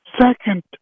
Second